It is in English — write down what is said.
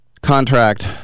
contract